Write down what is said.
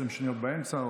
20 שניות באמצע,